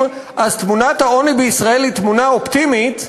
תמונת העוני בישראל היא תמונה אופטימית,